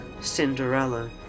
Cinderella